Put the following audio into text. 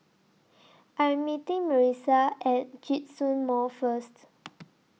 I Am meeting Marissa At Djitsun Mall First